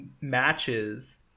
matches